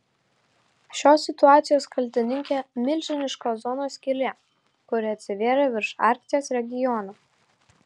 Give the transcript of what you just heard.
šios situacijos kaltininkė milžiniška ozono skylė kuri atsivėrė virš arkties regiono